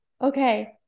Okay